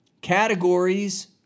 categories